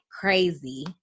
crazy